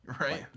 Right